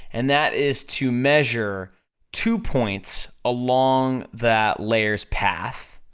and that is to measure two points along that layer's path,